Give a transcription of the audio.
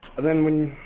and then when